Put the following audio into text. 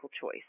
choice